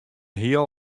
heal